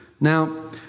Now